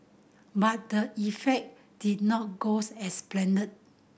but the effect did not goes as planned